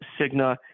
Cigna